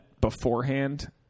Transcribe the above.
beforehand